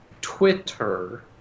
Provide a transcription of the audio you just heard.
Twitter